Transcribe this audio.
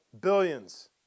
billions